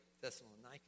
Thessalonica